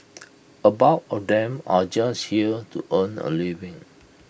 A bulk of them are just here to earn A living